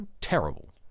terrible